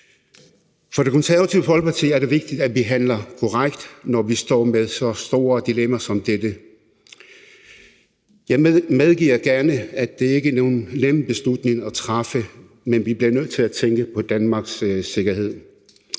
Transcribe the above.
For Det Konservative Folkeparti er det vigtigt, at vi handler korrekt, når vi står med så store dilemmaer som dette. Jeg medgiver gerne, at det ikke er nogen nem beslutning at træffe, men vi bliver nødt til at tænke på Danmarks sikkerhed.